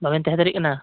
ᱵᱟᱵᱮᱱ ᱛᱟᱦᱮᱸ ᱫᱟᱲᱤᱜ ᱠᱟᱱᱟ